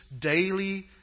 daily